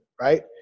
right